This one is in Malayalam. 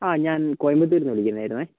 ആ ഞാൻ കോയമ്പത്തൂർന്ന് വിളിക്കുന്നത് ആയിരുന്നു